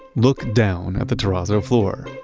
look down at the terrazzo floor.